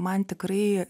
man tikrai